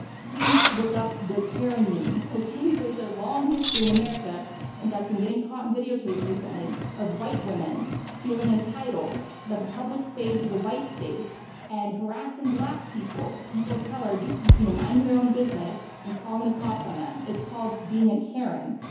please, look up the karen meme. okay? there's a long history in america and that's been getting caught on and videotape recently of white women feeling entitled that the public space is a white space and harassing black people, people of color, just you know minding their own business, and calling the cops on them. it's called being a karen.